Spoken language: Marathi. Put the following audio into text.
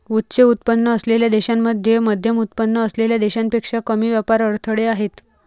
उच्च उत्पन्न असलेल्या देशांमध्ये मध्यमउत्पन्न असलेल्या देशांपेक्षा कमी व्यापार अडथळे आहेत